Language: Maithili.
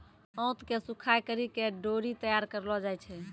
आंत के सुखाय करि के डोरी तैयार करलो जाय छै